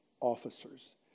officers